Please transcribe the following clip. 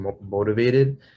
motivated